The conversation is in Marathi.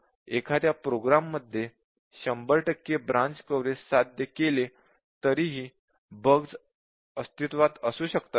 परंतु एखाद्या प्रोग्राम मध्ये १०० टक्के ब्रांच कव्हरेज साध्य केले तरीही बग अस्तित्वात असू शकतात का